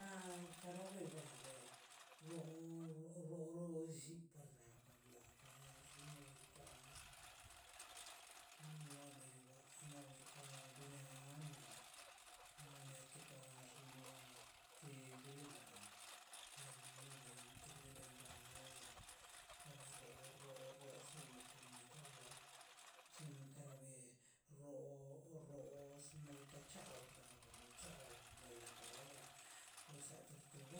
A kara bela le ro roro lli parda paraxi nadika la mewa la bianla la neto kax la kerela be nebeo galala abero roro okuna tolo chin kara be ro ro xinadika chawo chaw de la ke dela la tortuga